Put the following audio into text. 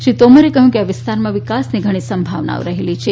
શ્રી તોમરે કહયું કે આ વિસ્તારમાં વિકાસની ઘણી સંભાવનાઓ રહેલી છે